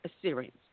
Assyrians